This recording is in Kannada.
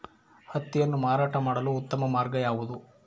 ಹತ್ತಿಯನ್ನು ಮಾರಾಟ ಮಾಡಲು ಉತ್ತಮ ಮಾರ್ಗ ಯಾವುದು?